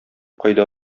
кайда